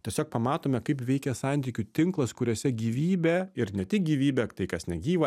tiesiog pamatome kaip veikia santykių tinklas kuriuose gyvybė ir ne tik gyvybė tai kas negyva